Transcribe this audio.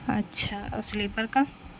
اچھا اور سلیپر کا